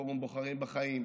פורום בוחרים בחיים,